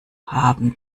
haben